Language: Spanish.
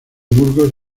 musgos